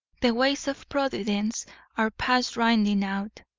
the ways of providence are past rinding out!